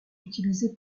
utilisé